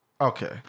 Okay